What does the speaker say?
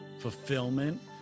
fulfillment